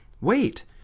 wait